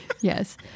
Yes